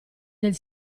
del